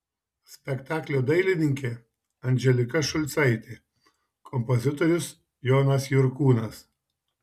spektaklio dailininkė andželika šulcaitė kompozitorius jonas jurkūnas